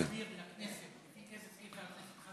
אדוני, אתה מוכן להסביר לכנסת על פי